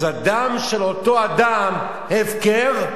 אז הדם של אותו אדם הפקר,